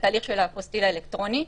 התהליך של האפוסטיל האלקטרוני.